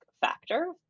factor